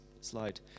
slide